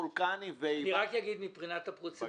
דיברתי פעם נוספת עם מכון וולקני -- אני רק אגיד מבחינת הפרוצדורה